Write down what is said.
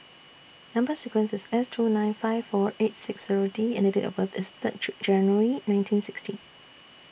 Number sequence IS S two nine five four eight six Zero D and Date of birth IS Third January nineteen sixty